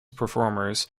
performers